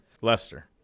Lester